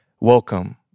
welcome